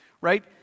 right